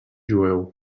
jueu